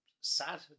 sad